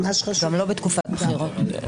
גם לא בתקופת בחירות.